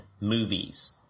movies